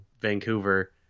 vancouver